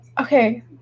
okay